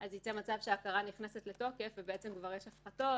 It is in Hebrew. ראש ההוצאה לפועל יוצא מתוך הנחה שהרשמים חכמים.